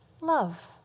love